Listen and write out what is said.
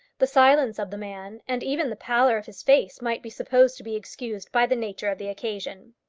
the silence of the man, and even the pallor of his face might be supposed to be excused by the nature of the occasion.